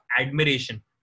admiration